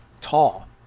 tall